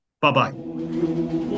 Bye-bye